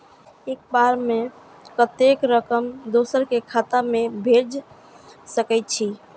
एक बार में कतेक रकम दोसर के खाता में भेज सकेछी?